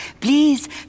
Please